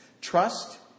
Trust